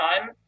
time